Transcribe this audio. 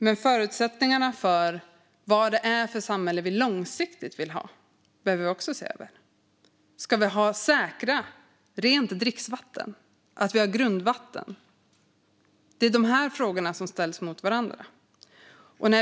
Men förutsättningarna för vad det är för samhälle vi långsiktigt vill ha behöver vi också se över. Ska vi säkra att vi har rent dricksvatten och grundvatten? Det är de här frågorna som ställs mot varandra.